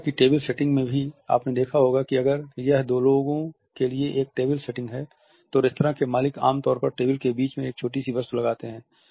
restaurant की table setting में भी आपने देखा होगा कि अगर यह दो लोगों के लिए एक टेबल सेटिंग है तो रेस्तरां के मालिक आम तौर पर टेबल के बीच में एक छोटी सी वस्तु लगाते हैं